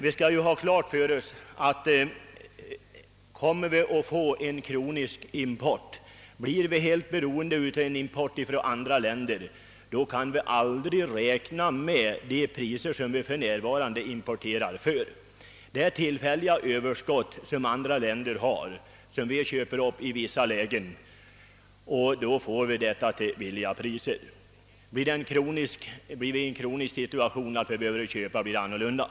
Vi bör ha klart för oss att om vårt land kroniskt måste importera livsmedel kan vi aldrig räkna med de priser till vilka vi nu importerar livsmedel. För närvarande köper vi upp tillfälliga överskott från andra länder, och dem kan vi ibland få till lägre priser. Om vi alltid måste importera livsmedel blir situationen annorlunda.